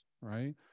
right